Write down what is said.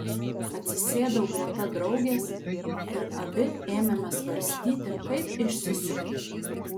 atsisėdau greta draugės ir abi ėmėme svarstyti kaip išsisukti